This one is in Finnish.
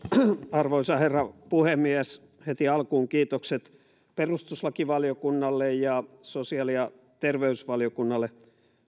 arvoisa herra puhemies heti alkuun kiitokset perustuslakivaliokunnalle ja sosiaali ja terveysvaliokunnalle